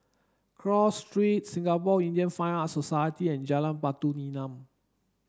Cross Street Singapore Indian Fine Arts Society and Jalan Batu Nilam